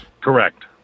Correct